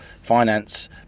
finance